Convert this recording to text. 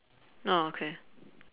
oh okay